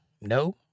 No